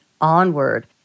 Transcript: onward